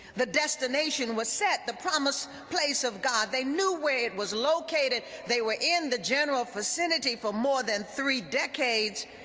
the destination was set, the promised place of god. they knew it was located. they were in the general vicinity for more than three decades.